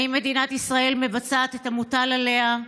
האם מדינת ישראל מבצעת את המוטל עליה?